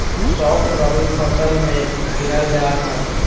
सौंफ रबी फसल मे गिनल जा हय